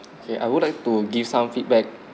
okay I would like to give some feedback